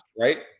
Right